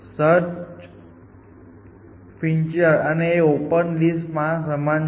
search frontier એ open list સમાન જ છે